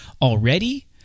already